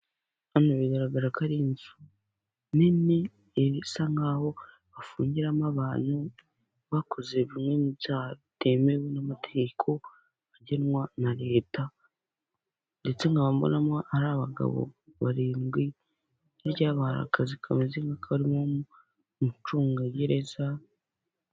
Hano bigaragara ko ari inzu nini isa nkaho bafungiramo abantu bakoze bimwe mu byaha bitemewe n'amategeko agenwa na leta. Ndetse nk'aba mbonamo ari abagabo barindwi hirya yabo hari akazu karimo umucungagereza.